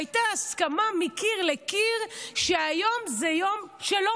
והייתה הסכמה מקיר לקיר שהיום הוא יום שלא